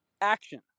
action